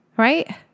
Right